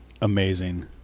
amazing